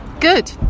Good